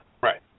Right